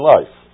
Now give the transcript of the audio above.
Life